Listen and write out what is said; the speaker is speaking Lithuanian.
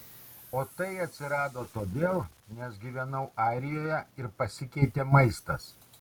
o tai atsirado todėl nes gyvenau airijoje ir pasikeitė maistas